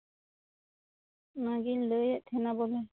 ᱚᱱᱟᱜᱤᱧ ᱞᱟᱹᱭᱮᱫ ᱛᱟᱦᱮᱸᱱᱟ ᱵᱚᱞᱮ